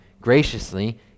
graciously